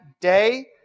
day